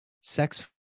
sex